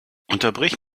unterbrich